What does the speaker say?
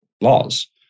Laws